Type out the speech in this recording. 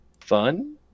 Fun